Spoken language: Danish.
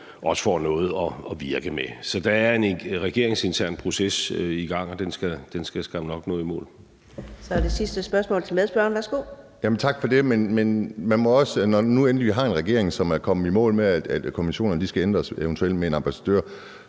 også får noget at virke med. Så der er en regeringsintern proces i gang, og den skal skam nok nå i mål